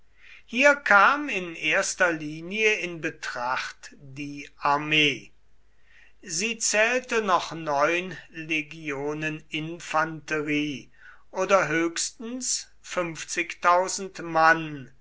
hier kam in erster linie in betracht die armee sie zählte noch neun legionen infanterie oder höchstens mann